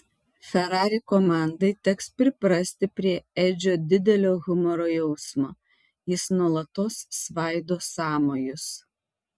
ferrari komandai teks priprasti prie edžio didelio humoro jausmo jis nuolatos svaido sąmojus